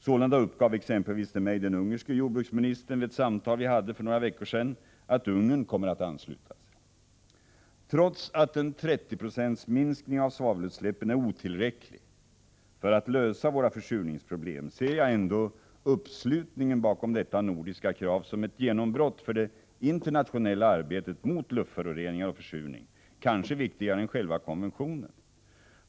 Sålunda uppgav exempelvis till mig den ungerske jordbruksministern vid ett samtal vi hade för några veckor sedan, att Ungern kommer att ansluta sig. Trots att 30 20 minskning av svavelutsläppen är otillräcklig för att lösa våra försurningsproblem, ser jag ändå uppslutningen bakom detta nordiska krav som ett genombrott för det internationella arbetet mot luftföroreningar och försurning, kanske viktigare än själva konventionen.